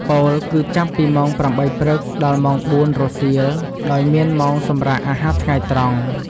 ពោលគឺចាប់ពីម៉ោង៨ ព្រឹក ដល់ម៉ោង ៤ រសៀល ដោយមានម៉ោងសម្រាកអាហារថ្ងៃត្រង់។